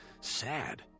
sad